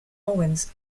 owens